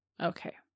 Okay